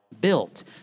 built